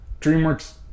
DreamWorks